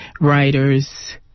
writers